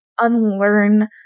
unlearn